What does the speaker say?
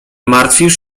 martwisz